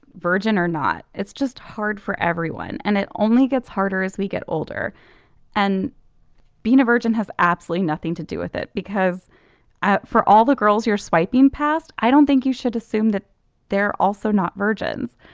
virgin or not. it's just hard for everyone and it only gets harder as we get older and being a virgin has absolutely nothing to do with it. because ah for all the girls you're swiping past i don't think you should assume that they're also not virgins.